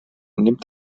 nimmt